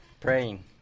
praying